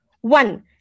One